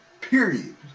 period